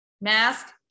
mask